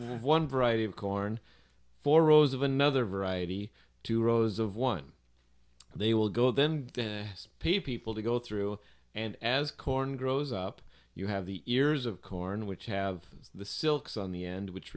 one variety of corn four rows of another variety two rows of one they will go then pay people to go through and as corn grows up you have the ears of corn which have the silks on the end which